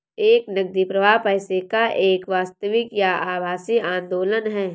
एक नकदी प्रवाह पैसे का एक वास्तविक या आभासी आंदोलन है